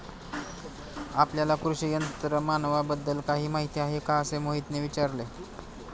आपल्याला कृषी यंत्रमानवाबद्दल काही माहिती आहे का असे मोहितने विचारले?